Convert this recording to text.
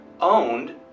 owned